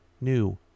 new